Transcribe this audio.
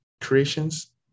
creations